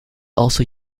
also